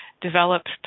developed